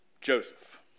Joseph